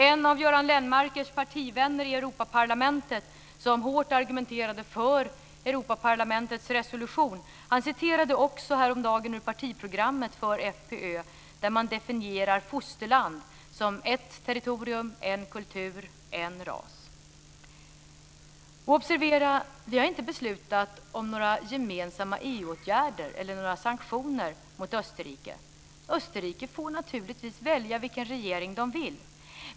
En av Göran Lennmarkers partivänner i Europaparlamentet, som hårt argumenterade för Europaparlamentets resolution, citerade häromdagen ur partiprogrammet för FPÖ. Där definierar man fosterland som ett territorium, en kultur, en ras. Observera att vi inte har beslutat om några gemensamma EU-åtgärder eller några sanktioner mot Österrike. Österrike får naturligtvis välja vilken regeringen man vill.